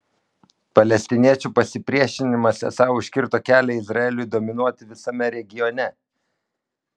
palestiniečių pasipriešinimas esą užkirto kelią izraeliui dominuoti visame regione